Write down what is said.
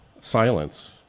silence